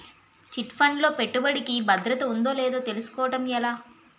Chit fund లో పెట్టుబడికి భద్రత ఉందో లేదో తెలుసుకోవటం ఎలా?